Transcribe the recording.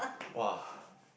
!woah!